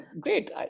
great